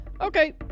Okay